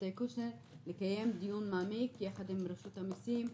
קושניר לקיים דיון מעמיק יחד עם רשות המסים,